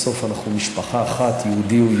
בסוף אנחנו משפחה אחת, יהודית.